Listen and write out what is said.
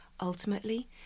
ultimately